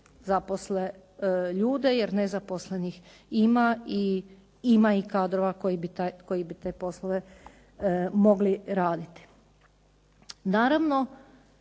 zaposle ljude jer nezaposlenih ima i ima i kadrova koji bi te poslove mogli raditi.